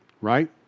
right